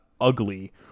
ugly